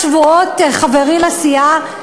שלפני כמה שבועות חברי לסיעה,